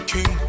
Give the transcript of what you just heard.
King